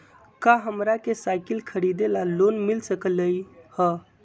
का हमरा के साईकिल खरीदे ला लोन मिल सकलई ह?